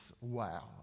wow